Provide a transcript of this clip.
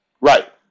Right